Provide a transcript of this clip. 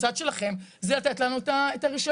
הצד שלכם זה לתת לנו את הרישיון.